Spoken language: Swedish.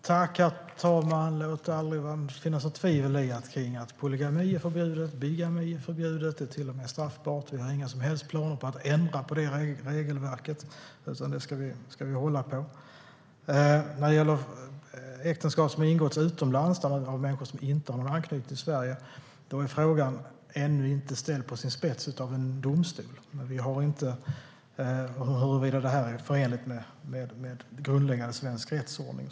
Herr talman! Låt det aldrig råda något tvivel om att polygami och bigami är förbjudet. Det är till och med straffbart. Vi har inga som helst planer på att ändra på det regelverket, utan det ska vi hålla på. När det gäller äktenskap som har ingåtts utomlands av människor som inte har någon anknytning till Sverige är frågan ännu inte ställd på sin spets av en domstol när det gäller huruvida det här är förenligt med grundläggande svensk rättsordning.